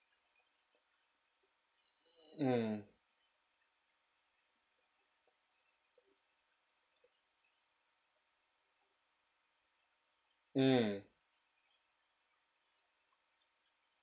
mm mm